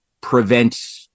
prevent